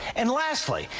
and lastly,